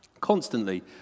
Constantly